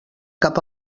cap